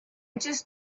just